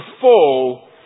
Fall